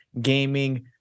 gaming